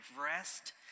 rest